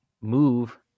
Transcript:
move